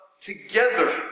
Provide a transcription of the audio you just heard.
together